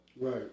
Right